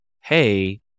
Hey